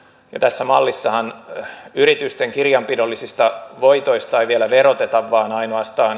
tässä mallissahan yritysten kirjanpidollisista voitoistaan vielä veroteta vaan ainoastaan